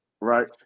right